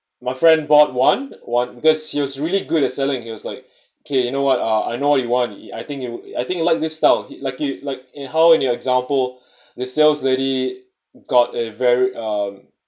my friend bought one one because he was really good at selling he was like okay you know what uh I know what you want I think you I think like this style he like he like in how in your example their sales lady got a very um